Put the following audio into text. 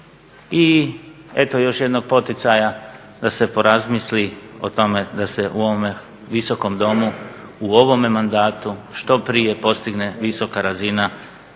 I eto još jednog poticaja da se razmisli o tome da se u ovome Visokom domu u ovome mandatu što prije postigne visoka razina